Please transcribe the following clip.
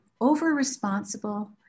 over-responsible